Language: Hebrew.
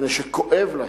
מפני שכואב להם,